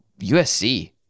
USC